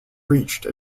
reached